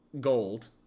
gold